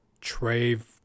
Trave